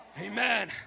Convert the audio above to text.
Amen